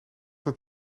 het